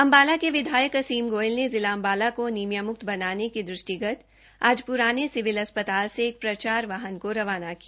अंबाला के विधायक असीम गोयल ने जिला अंबाला को अनीमिया मुक्त बनाने के दृष्टिगत आज पुराने सिविल अस्पताल से एक प्रचार वाहन को रवाना किया